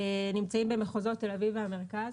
נמצאים במחוזות תל אביב והמרכז.